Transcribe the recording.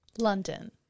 London